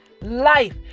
life